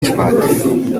gishwati